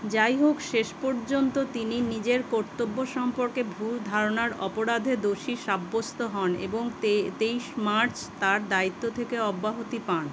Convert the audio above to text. যাই হোক শেষ পর্যন্ত তিনি নিজের কর্তব্য সম্পর্কে ভুল ধারণার অপরাধে দোষী সাব্যস্ত হন এবং তেইশ মার্চ তাঁর দায়িত্ব থেকে অব্যাহতি পান